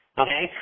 okay